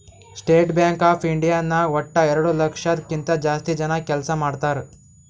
state Bank of India ನಾಗ್ ವಟ್ಟ ಎರಡು ಲಕ್ಷದ್ ಕಿಂತಾ ಜಾಸ್ತಿ ಜನ ಕೆಲ್ಸಾ ಮಾಡ್ತಾರ್